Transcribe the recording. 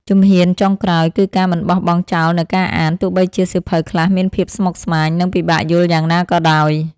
ជំហានចុងក្រោយ គឺការមិនបោះបង់ចោលនូវការអាន ទោះបីជាសៀវភៅខ្លះមានភាពស្មុគស្មាញ និងពិបាកយល់យ៉ាងណាក៏ដោយ។